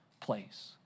place